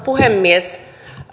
puhemies